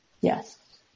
Yes